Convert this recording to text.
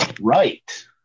Right